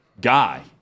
guy